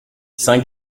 saint